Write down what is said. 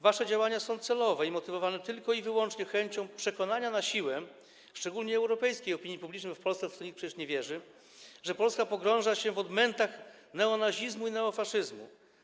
Wasze działania są celowe i motywowane tylko i wyłącznie chęcią przekonania, na siłę, szczególnie europejskiej opinii publicznej, bo w Polsce w to nikt przecież nie wierzy, że Polska pogrąża się w odmętach neonazizmu i neofaszyzmu.